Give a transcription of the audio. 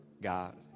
God